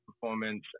performance